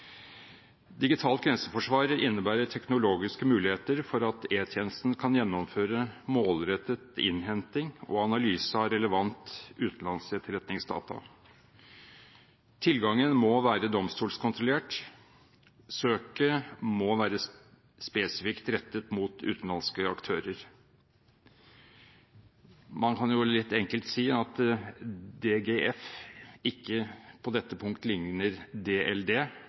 Digitalt grenseforsvar innebærer teknologiske muligheter for at E-tjenesten kan gjennomføre målrettet innhentning og analyse av relevante utenlandske etterretningsdata. Tilgangen må være domstolskontrollert, og søket må være spesifikt rettet mot utenlandske aktører. Man kan litt enkelt si at DGF ikke på dette punkt ligner DLD,